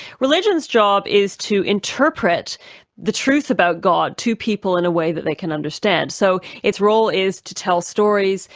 religion's job is to interpret the truth about god to people in a way that they can understand. so its role is to tell stories,